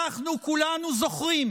אנחנו כולנו זוכרים